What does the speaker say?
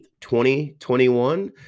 2021